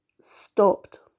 stopped